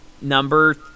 Number